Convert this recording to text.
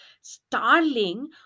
starling